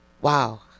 wow